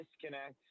disconnect